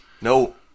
no